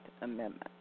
Amendment